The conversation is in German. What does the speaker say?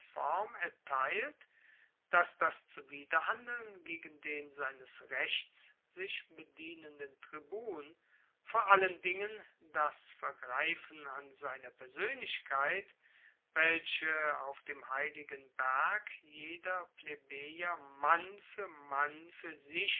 form erteilt dass das zuwiderhandeln gegen den seines rechts sich bedienenden tribun vor allen dingen das vergreifen an seiner persoenlichkeit welche auf dem heiligen berg jeder plebejer mann fuer mann fuer sich